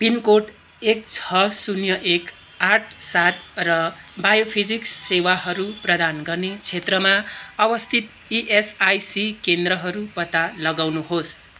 pin code एक छ शून्य एक आठ सात र बायोफिजिक्स सेवाहरू प्रदान गर्ने क्षेत्रमा अवस्थित इएसआइसी केन्द्रहरू पत्ता लगाउनुहोस्